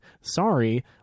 Sorry